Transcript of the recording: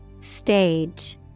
Stage